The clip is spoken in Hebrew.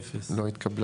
0 ההסתייגות לא התקבלה.